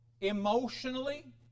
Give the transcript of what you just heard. emotionally